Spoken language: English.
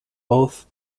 both